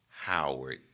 Howard